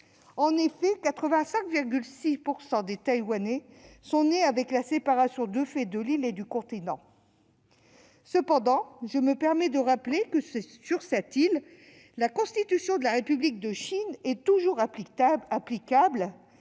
En effet, 85,6 % des Taïwanais sont nés après la séparation de l'île et du continent. Cependant, je me permets de rappeler que, sur cette île, la Constitution de la République de Chine est toujours applicable